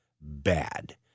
Bad